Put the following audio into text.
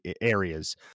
areas